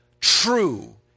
true